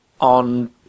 on